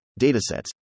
datasets